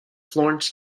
florence